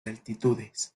altitudes